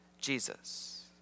Jesus